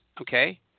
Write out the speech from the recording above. okay